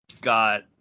got